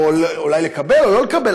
אולי לקבל או לא לקבל,